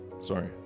sorry